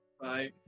Bye